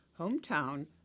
hometown